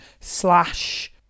slash